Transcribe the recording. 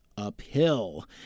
uphill